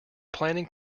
planning